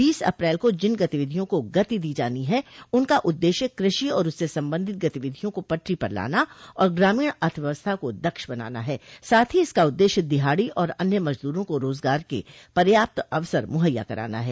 बीस अप्रैल को जिन गतिविधियों को गति दी जानी है उनका उद्देश्य कृषि और उससे संबंधित गतिविधियों को पटरी पर लाना और ग्रामीण अर्थव्यवस्था को दक्ष बनाना है साथ ही इसका उद्देश्य दिहाड़ी और अन्य मजदूरों को रोजगार के पर्याप्त अवसर मुहैया कराना है